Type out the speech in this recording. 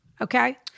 Okay